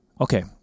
okay